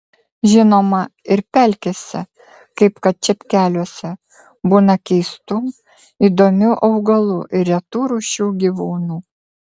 žinoma ir pelkėse kaip kad čepkeliuose būna keistų įdomių augalų ir retų rūšių gyvūnų